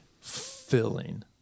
filling